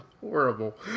horrible